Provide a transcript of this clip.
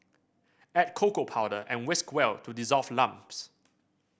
add cocoa powder and whisk well to dissolve lumps